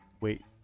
wait